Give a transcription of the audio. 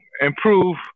improve